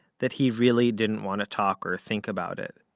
that he really didn't want to talk or think about it,